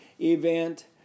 event